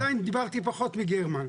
בינתיים דיברתי פחות מגרמן.